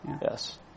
Yes